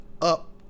up